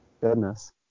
Goodness